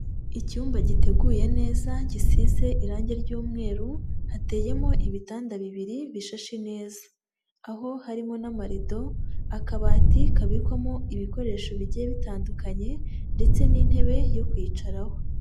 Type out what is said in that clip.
Icyumba giteguye neza, gisize irangi ry'umweru, hateyemo ibitanda bibiri bishashe neza. Aho harimo n'amarido, akabati kabikwamo ibikoresho bigiye bitandukanye ndetse n'intebe yo kwicaraho.